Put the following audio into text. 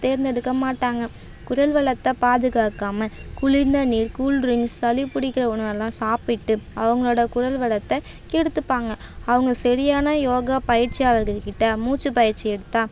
தேர்ந்தெடுக்க மாட்டாங்க குரல் வளத்தை பாதுகாக்காமல் குளிர்ந்த நீர் கூல் ட்ரிங்க்ஸ் சளி பிடிக்கிற உணவெல்லாம் சாப்பிட்டு அவங்களோட குரல் வளத்தை கெடுத்துப்பாங்க அவங்க சரியான யோகா பயிற்சியாளர்கள் கிட்டே மூச்சுப் பயிற்சி எடுத்தால்